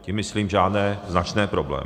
Tím myslím žádné značné problémy.